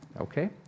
Okay